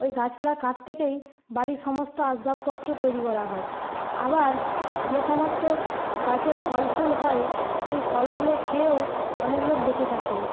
ওই গাছপালার কাঠ থেকেই বাড়ির সমস্ত আসবাবপত্র তৈরি করা হয় আবার যে সমস্ত গাছের ফল ফুল হয় সেই ফলগুলো খেয়েও অনেক লোক বেঁচে থাকে